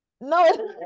No